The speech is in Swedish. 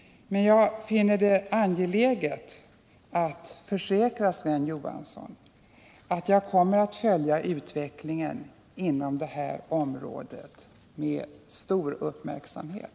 Men jag finner det angeläget att försäkra Sven Johansson att jag kommer att följa utvecklingen inom detta område med stor uppmärksamhet.